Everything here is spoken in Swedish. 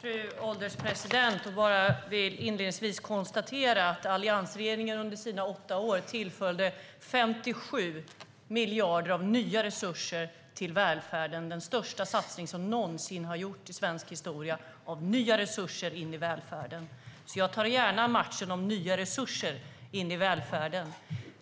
Fru ålderspresident! Alliansregeringen tillförde under sina åtta år 57 miljarder i nya resurser till välfärden. Det är den största satsning som någonsin gjorts i svensk historia på nya resurser till välfärden. Jag tar gärna matchen om nya resurser till välfärden.